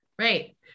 right